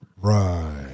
Right